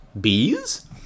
Bees